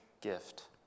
gift